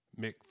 Mick